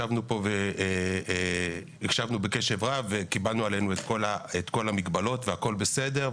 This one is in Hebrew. ישבנו פה והקשבנו בקשב רב וקיבלנו עלינו את כל המגבלות והכול בסדר,